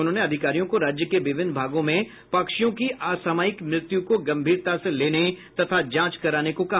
उन्होंने अधिकारियों को राज्य के विभिन्न भागों में पक्षियों की असामयिक मृत्यु को गंभीरता से लेने तथा जांच कराने को कहा